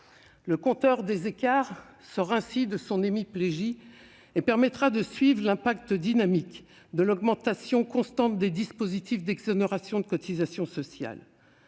Le compteur des écarts sort ainsi de son hémiplégie, ce qui permettra de suivre l'impact dynamique de l'augmentation constante des dispositifs d'exonération de cotisations sociales.